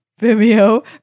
Vimeo